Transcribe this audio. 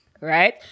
Right